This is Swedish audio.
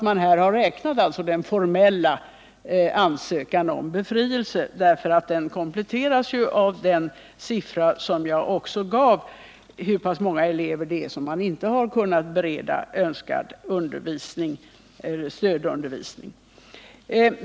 Man har här räknat den formella ansökan om befrielse eftersom den kompletteras av den siffra jag också gav på hur pass många elever man inte har kunnat bereda önskad stödundervisning.